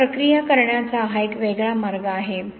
तर प्रक्रिया करण्याचा हा एक वेगळा मार्ग आहे